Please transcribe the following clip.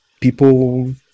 people